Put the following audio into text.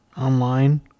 online